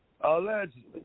allegedly